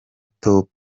top